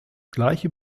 gleiche